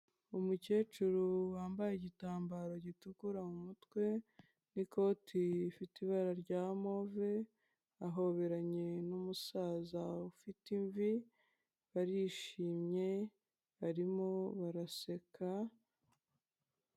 Umukecuru wambaye igitambaro gitukura mu mutwe n'ikoti rifite ibara rya move ahoberanye n'umusaza ufite imvi barishimye barimo baraseka.